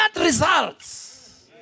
results